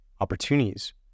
opportunities